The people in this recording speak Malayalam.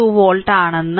2 വോൾട്ട് ആണെന്ന്